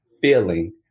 feeling